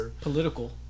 political